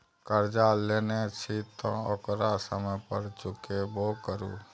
करजा लेने छी तँ ओकरा समय पर चुकेबो करु